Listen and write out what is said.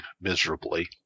miserably